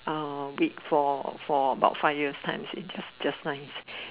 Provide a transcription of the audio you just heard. wait wait for about five years time just nice